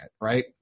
right